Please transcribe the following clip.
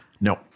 No